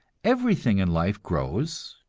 everything in life grows,